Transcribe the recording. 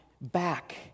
back